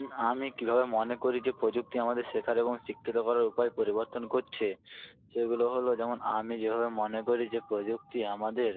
আমি কীভাবে মনে করি যে প্রযুক্তি আমাদের শেখার এবং শিক্ষিত করার উপায় পরিবর্তন করছে সেগুলো হল যেমন আমি যেভাবে মনে করি যে প্রযুক্তি আমাদের